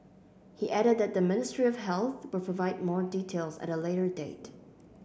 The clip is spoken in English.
he added that the Ministry of Health will provide more details at a later date